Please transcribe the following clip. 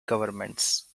governments